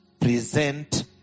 present